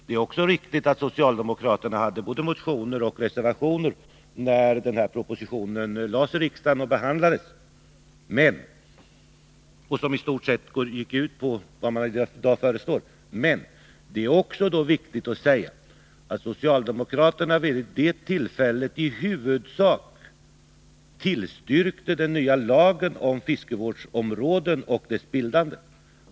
Det är också riktigt att socialdemokraterna, när den här propositionen behandlades i riksdagen, hade både motioner och reservationer som i stort sett gick ut på vad man i dag föreslår. Men det är också viktigt att säga att socialdemokraterna vid det tillfället i huvudsak tillstyrkte den nya lagen om fiskevårdsområden och deras bildande.